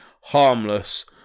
harmless